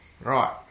Right